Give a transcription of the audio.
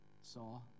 saw